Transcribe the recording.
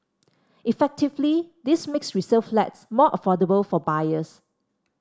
effectively this makes resale flats more affordable for buyers